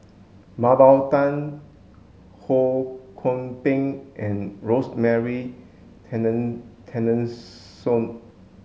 Mah Bow Tan Ho Kwon Ping and Rosemary